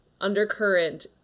undercurrent